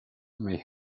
may